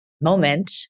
moment